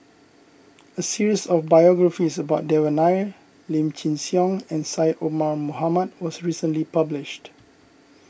a series of biographies about Devan Nair Lim Chin Siong and Syed Omar Mohamed was recently published